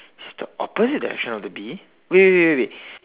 it's the opposite direction of the bee wait wait wait wait